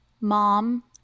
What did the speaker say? Mom